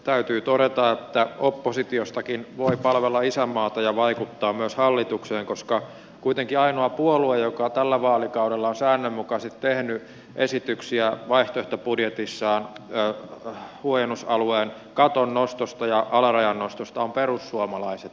täytyy todeta että oppositiostakin voi palvella isänmaata ja vaikuttaa myös hallitukseen koska kuitenkin ainoa puolue joka tällä vaalikaudella on säännönmukaisesti tehnyt esityksiä vaihtoehtobudjetissaan huojennusalueen katon nostosta ja alarajan nostosta on perussuomalaiset